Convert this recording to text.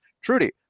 Trudy